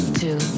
two